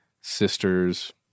sisters